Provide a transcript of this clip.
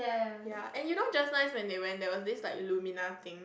ya and you know just nice when they went there's this illumina thing